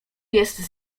jest